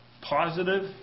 positive